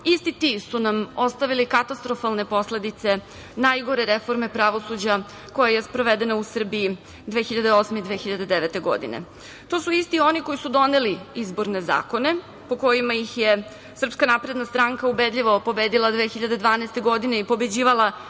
Isti ti su nam ostavili katastrofalne posledice najgore reforme pravosuđa koja je sprovedena u Srbiji 2008. godine i 2009. godine. To su isti oni koji su doneli izborne zakone po kojima ih je SNS ubedljivo pobedila 2012. godine i pobeđivala